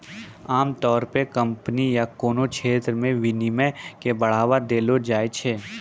आमतौर पे कम्पनी या कोनो क्षेत्र मे विनियमन के बढ़ावा देलो जाय छै